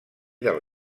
del